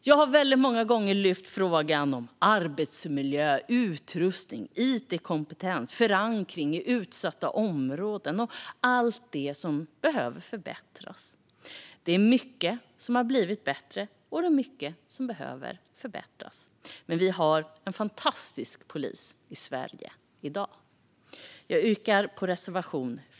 Jag har många gånger lyft frågan om arbetsmiljö, utrustning, it-kompetens, förankring i utsatta områden och allt det som behöver förbättras. Det är mycket som har blivit bättre, och det är mycket som behöver förbättras. Men vi har en fantastisk polis i Sverige i dag. Jag yrkar bifall till reservation 14.